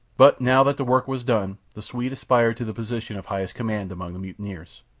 but now that the work was done the swede aspired to the position of highest command among the mutineers.